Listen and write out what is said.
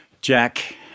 Jack